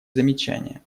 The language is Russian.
замечания